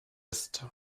ist